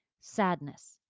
Sadness